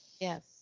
Yes